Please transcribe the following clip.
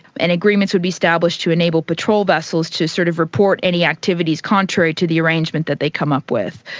and agreements would be established to enable patrol vessels to sort of report any activities contrary to the arrangement that they come up with.